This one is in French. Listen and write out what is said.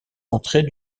entrées